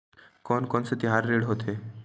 कोन कौन से तिहार ऋण होथे?